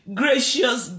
gracious